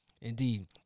indeed